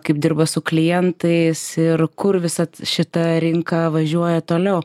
kaip dirba su klientais ir kur visa šita rinka važiuoja toliau